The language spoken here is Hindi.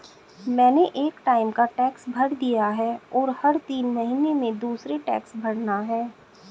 मैंने एक टाइम का टैक्स भर दिया है, और हर तीन महीने में दूसरे टैक्स भरना है